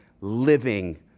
living